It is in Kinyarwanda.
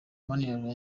manirarora